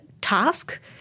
task